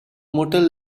motel